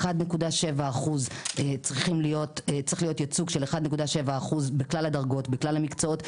1.7 אחוזים צריכים להיות כייצוג בכלל הדרגות ובכלל המקצועות.